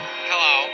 Hello